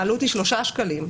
העלות היא שלושה שקלים.